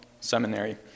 Seminary